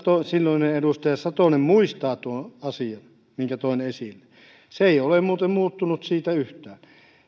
silloinen edustaja satonen muistaa tuon asian minkä toin esille se ei ole muuten muuttunut siitä yhtään